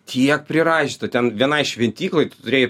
tiek priraišiota ten vienai šventyklai tu turėjai